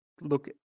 look